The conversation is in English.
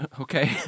Okay